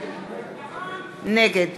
נגד